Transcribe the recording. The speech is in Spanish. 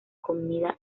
comida